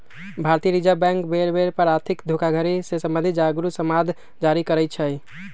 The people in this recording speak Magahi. भारतीय रिजर्व बैंक बेर बेर पर आर्थिक धोखाधड़ी से सम्बंधित जागरू समाद जारी करइ छै